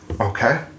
Okay